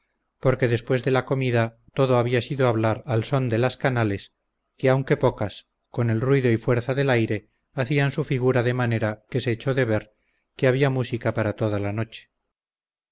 porque después de la comida todo había sido hablar al son de las canales que aunque pocas con el ruido y fuerza del aire hacían su figura de manera que se echó de ver que había música para toda la noche